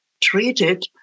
treated